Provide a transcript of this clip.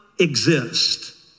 exist